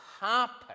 happen